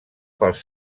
pels